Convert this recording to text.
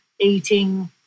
eating